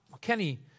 Kenny